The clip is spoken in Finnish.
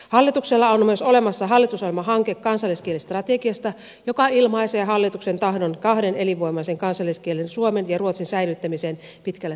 hallituksella on myös olemassa hallitusohjelmahanke kansalliskielistrategiasta joka ilmaisee hallituksen tahdon kahden elinvoimaisen kansalliskielen suomen ja ruotsin säilyttämiseksi pitkälle tulevaisuuteen